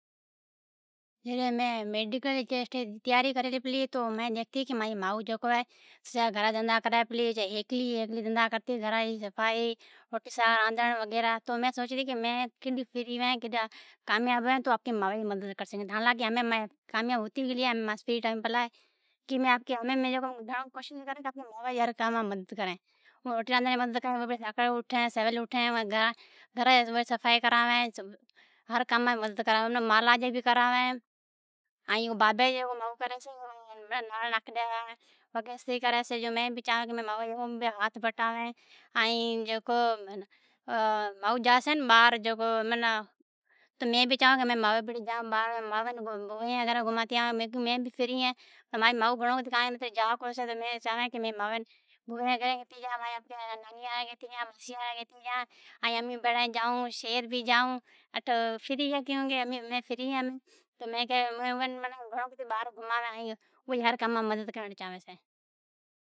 مین میڈیکلا ٹسٹی جی تیاری کریلی پلی، تو مین ڈیکھتی تو مانجی مائو ہے جکو گھرا جا سجا ڈھندھا کری پلی ، روٹی ساگ راندھڑ صفائی کرڑ وغیرہ۔ مین کڈ فری ھوین کڈ کامیاب ھوین تو مین آپکی مائون مدد کر سگھین ۔ ھالا کے مین کامیاب ھتے گلی۔ ھمین مانٹھ فری ٹائیم پلا ہے ۔ھمین مین آپکی مائو جی گھرا جی کامام مدد کرین۔ روٹی ساگ ردھڑاوین صفائی ڈجی کراوین، ھر کامام مدد کراوین۔ مالا جی بھی کراوین ۔ بابا مائو جیون ناڑا ناکھتی ڈی وگی استری کر چھی ۔ اوم بھی مین ھاتھ بٹاوین۔ مین کی مائو باھر جا سی تو مین بھی بھڑی جان۔ مائون بھوا این جی گھرین گھماتی آوی۔ مانجی مائو کنگی باھر جا کو چھی جکو مین اوین بھوا ایان جی گھرین گیتی جان، ناناڑی گیتی جا، جائون چھون کان تو مین فری ہین۔ ائین مین اوی جی ھر کامام مدد کرڑ چاھوین چھین۔